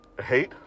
hate